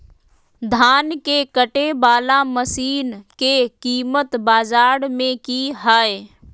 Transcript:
धान के कटे बाला मसीन के कीमत बाजार में की हाय?